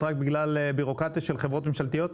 רק בגלל בירוקרטיה של חברות ממשלתיות?